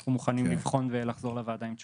אנחנו מוכנים לבחון ולחזור לוועדה עם תשובות.